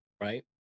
right